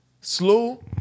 slow